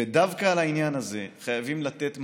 ודווקא על העניין הזה חייבים לתת מענה.